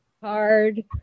hard